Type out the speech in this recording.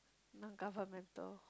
governmental